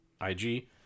IG